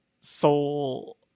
soul